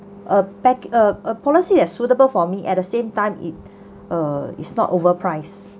a pack~ uh a policy that suitable for me at the same time it uh is not overpriced